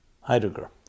Heidegger